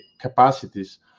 capacities